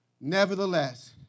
Nevertheless